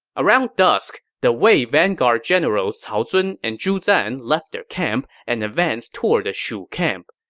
around dusk, the wei vanguard generals cao zun and zhu zan left their camp and advanced toward the shu camp.